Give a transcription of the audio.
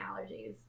allergies